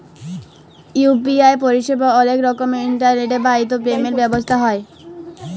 UPI পরিসেবা অলেক রকমের ইলটারলেট বাহিত পেমেল্ট ব্যবস্থা হ্যয়